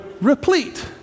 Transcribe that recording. replete